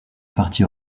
partie